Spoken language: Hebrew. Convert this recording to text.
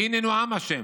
שהיננו עם ה'.